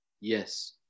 Yes